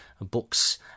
books